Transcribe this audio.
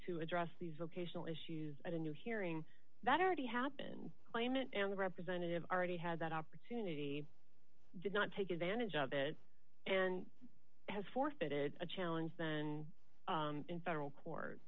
to address these vocational issues at a new hearing that already happened claimant and the representative already had that opportunity did not take advantage of it and has forfeited a challenge then in federal court